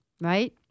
right